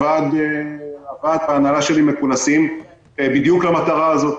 הוועד וההנהלה שלי מכונסים בדיוק למטרה הזאת.